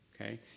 Okay